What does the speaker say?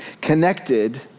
connected